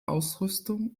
ausrüstung